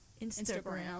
Instagram